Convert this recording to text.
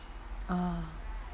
ah